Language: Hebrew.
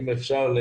אם אפשר,